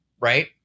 right